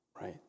right